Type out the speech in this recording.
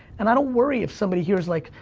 and i don't worry if somebody here's like,